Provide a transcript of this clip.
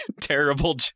terrible